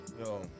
Yo